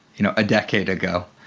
you know, a decade ago.